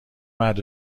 مرد